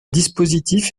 dispositif